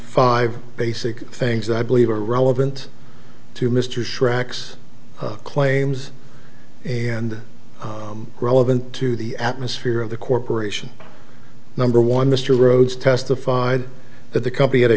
five basic things that i believe are relevant to mr chirac six claims and relevant to the atmosphere of the corporation number one mr rhodes testified that the company had a